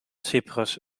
cyprus